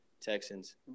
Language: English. Texans